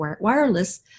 wireless